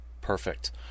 Perfect